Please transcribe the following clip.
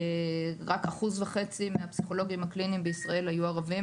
רק 1.5% מהפסיכולוגים הקליניים בישראל היו ערבים,